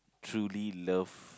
truly love